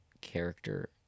character